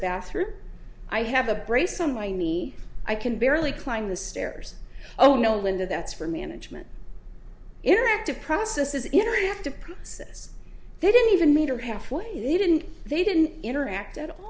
bathroom i have a brace on my knee i can barely climb the stairs oh no linda that's for management interactive process is interactive process they didn't even meet her half way they didn't they didn't interact at all